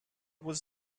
was